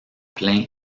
plein